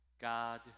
God